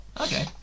Okay